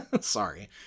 Sorry